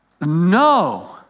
no